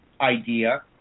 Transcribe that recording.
idea